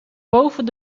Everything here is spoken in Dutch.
boven